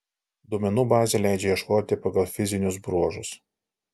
duomenų bazė leidžia ieškoti pagal fizinius bruožus